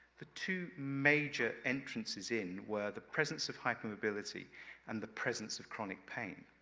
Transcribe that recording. the two major entrances in, were the presence of hypermobility and the presence of chronic pain.